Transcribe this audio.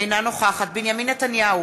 אינה נוכחת בנימין נתניהו,